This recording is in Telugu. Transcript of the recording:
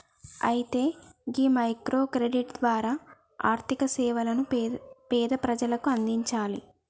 అయితే ఈ మైక్రో క్రెడిట్ ద్వారా ఆర్థిక సేవలను పేద ప్రజలకు అందించాలి